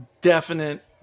definite